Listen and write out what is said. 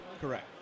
Correct